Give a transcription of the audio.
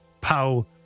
Pow